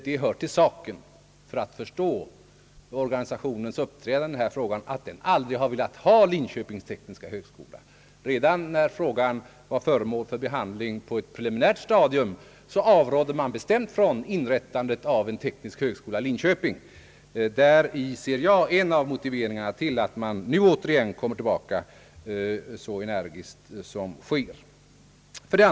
Det hör till saken — för att förstå organisationens uppträdande i denna fråga — att organisationen aldrig har velat ha Linköpings tekniska högskola. Redan när frågan var föremål för behandling på ett preliminärt stadium avrådde man från inrättandet av en teknisk högskola i Linköping. Däri ser jag en av motiveringarna till att organisationen nu så energiskt kommer tillbaka.